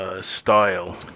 style